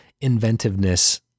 inventiveness